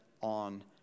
on